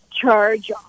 charge